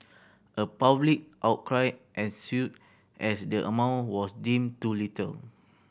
a public outcry ensued as the amount was deemed too little